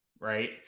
right